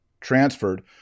transferred